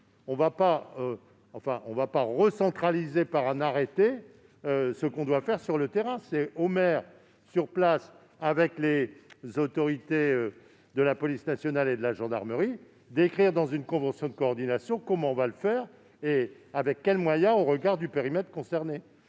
On ne va pas recentraliser par un arrêté ce que l'on doit faire sur le terrain ! C'est au maire, sur place, avec les autorités de la police nationale et de la gendarmerie, de prévoir dans une convention de coordination les modalités ainsi que les moyens au regard du périmètre concerné.